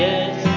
Yes